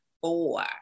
four